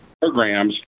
programs